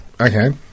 okay